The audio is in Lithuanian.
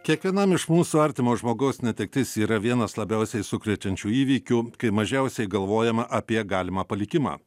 kiekvienam iš mūsų artimo žmogaus netektis yra vienas labiausiai sukrečiančių įvykių kai mažiausiai galvojama apie galimą palikimą